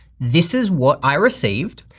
this is what i received,